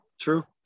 True